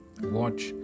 watch